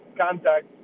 contact